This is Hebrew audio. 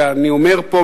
אני אומר פה,